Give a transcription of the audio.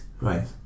right